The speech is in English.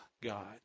God